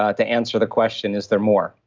ah to answer the question, is there more?